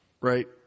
Right